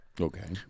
Okay